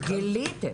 גיליתם.